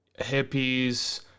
hippies